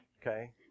okay